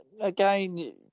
Again